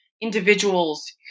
individuals